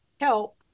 help